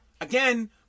Again